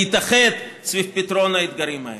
להתאחד סביב פתרון האתגרים האלה.